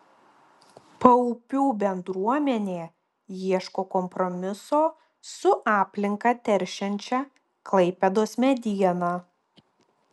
paupių bendruomenė ieško kompromiso su aplinką teršiančia klaipėdos mediena